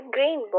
Green